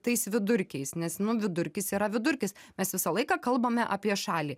tais vidurkiais nes nu vidurkis yra vidurkis mes visą laiką kalbame apie šalį